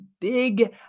big